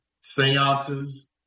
seances